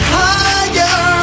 higher